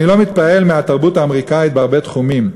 אני לא מתפעל מהתרבות האמריקנית בהרבה תחומים,